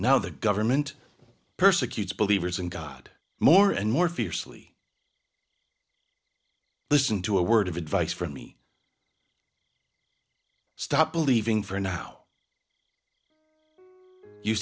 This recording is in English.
now the government persecutes believers in god more and more fiercely listen to a word of advice from me stop believing for now you